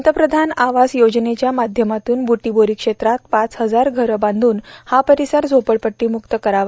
पंतप्रधान आवास योजनेच्या माध्यमातून बुटीबोरी क्षेत्रात पाच हजार घरं बांधून हा परिसर झोपडपट्टी मुक्त करावा